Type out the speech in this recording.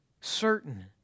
certain